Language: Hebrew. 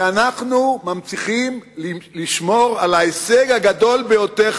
ואנחנו מצליחים לשמור על ההישג הגדול ביותר,